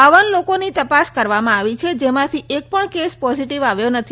બાવન લોકોની તપાસ કરવામાં આવી છે જેમાંથી એક પણ કેસ પોઝીટીવ આવ્યો નથી